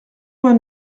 vingt